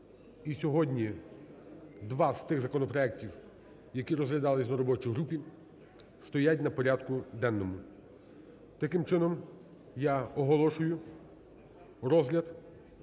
і сьогодні два з тих законопроектів, які розглядались на робочій групі, стоять на порядку денному. Таким чином я оголошую розгляд